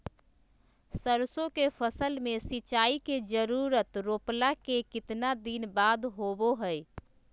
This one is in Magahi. सरसों के फसल में सिंचाई के जरूरत रोपला के कितना दिन बाद होबो हय?